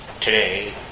today